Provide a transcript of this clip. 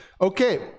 Okay